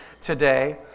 today